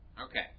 Okay